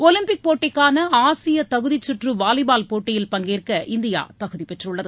Olympic போட்டிக்கான ஆசிய தகுதிச் சுற்று வாலிபால் போட்டியில் பங்கேற்க இந்தியா தகுதி பெற்றுள்ளது